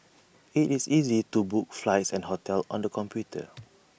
IT is easy to book flights and hotels on the computer